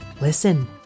Listen